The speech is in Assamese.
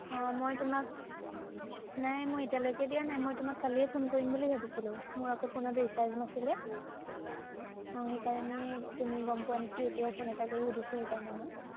অ' মই তোমাক নাই মই এতিয়ালৈকে দিয়া নাই মই তোমাক কালিয়ে ফোন কৰিম বুলি ভাবিছিলো মোৰ আকৌ ফোনত ৰিচাৰ্জ নাছিলে অঁ সেইকাৰণে তুমি গম পোৱা নেকি এতিয়াই ফোন এটা কৰি সুধিছো সেইকাৰণে মই